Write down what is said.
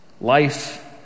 life